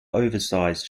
oversized